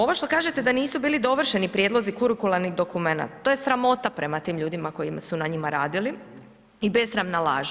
Ovo što kažete da nisu bili dovršeni prijedlozi kurikularnih dokumenata to je sramota prema tim ljudima koji su na njima radili i besramna laž.